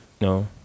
no